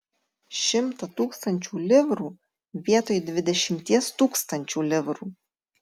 šimtą tūkstančių livrų vietoj dvidešimties tūkstančių livrų